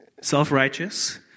self-righteous